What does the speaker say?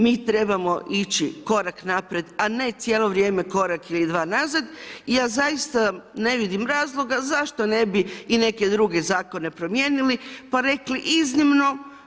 Mi trebamo ići korak naprijed, a ne cijelo vrijeme korak ili dva nazad i ja zaista ne vidim razloga zašto ne bi i neke druge zakone promijenili pa rekli iznimno.